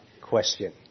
question